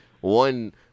One